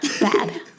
bad